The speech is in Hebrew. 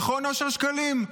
נכון, אושר שקלים?